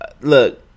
look